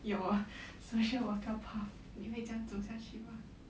your social worker path 你会这样走下去吗